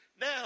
Now